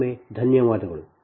ಮತ್ತೊಮ್ಮೆ ಧನ್ಯವಾದಗಳು